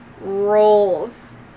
rolls